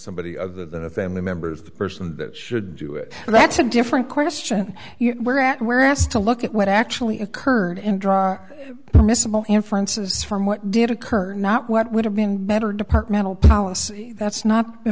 somebody other than a family members the person that should do it that's a different question you were at where asked to look at what actually occurred and draw the miscible inferences from what did occur not what would have been better departmental policy that's not